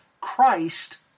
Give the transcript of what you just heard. Christ